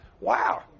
Wow